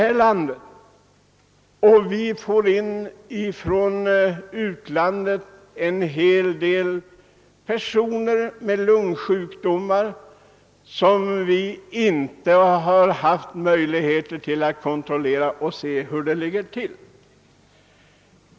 Från utlandet får vi också in en hel del personer med lungsjukdomar, och vi har inte haft någon möjlighet att kontrollera dessa personer.